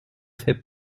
fais